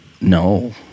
No